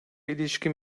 ilişkin